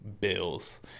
Bills